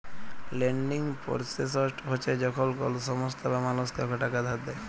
lending পরসেসট হছে যখল কল সংস্থা বা মালুস কাউকে টাকা ধার দেঁই